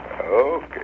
okay